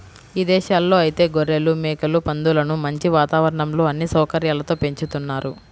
ఇదేశాల్లో ఐతే గొర్రెలు, మేకలు, పందులను మంచి వాతావరణంలో అన్ని సౌకర్యాలతో పెంచుతున్నారు